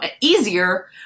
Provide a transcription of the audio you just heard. easier